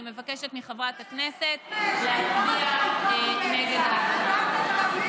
אני מבקשת מחברי הכנסת להצביע נגד ההצעה.